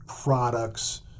products